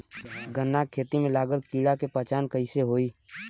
गन्ना के खेती में लागल कीड़ा के पहचान कैसे होयी?